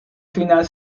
final